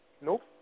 Nope